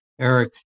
Eric